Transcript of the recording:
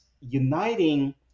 uniting